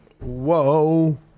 Whoa